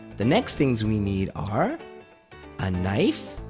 the next things we need are a knife,